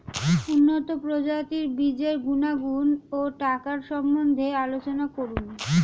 উন্নত প্রজাতির বীজের গুণাগুণ ও টাকার সম্বন্ধে আলোচনা করুন